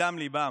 מדם ליבם